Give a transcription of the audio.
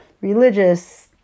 religious